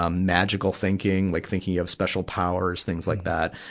ah magical thinking, like thinking you have special powers, things like that,